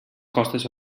costes